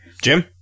Jim